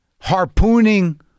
harpooning